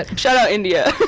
ah shout out india.